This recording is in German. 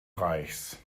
reichs